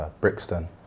Brixton